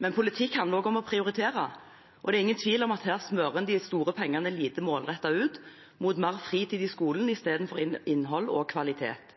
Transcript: Men politikk handler også om å prioritere, og det er ingen tvil om at her smører en de store pengene lite målrettet utover – mot mer fritid i skolen istedenfor innhold og kvalitet.